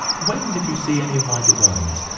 when did you see any of my designs?